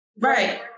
Right